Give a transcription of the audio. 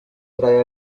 trae